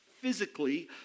physically